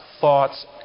thoughts